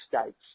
states